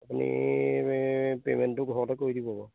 আপুনি পে'মেণ্টটো ঘৰতে কৰি দিব বাৰু